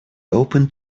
opened